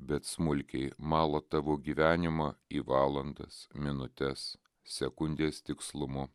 bet smulkiai mala tavo gyvenimą į valandas minutes sekundės tikslumu